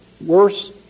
worse